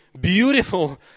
beautiful